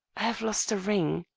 have lost a ring.